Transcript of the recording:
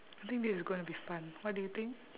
I think this is gonna be fun what do you think